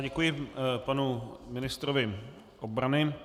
Děkuji panu ministru obrany.